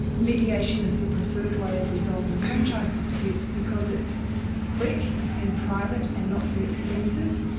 mediation is the preferred way of resolving franchise disputes because it's quick and private and not very expensive,